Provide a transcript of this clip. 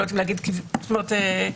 זאת אומרת,